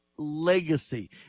legacy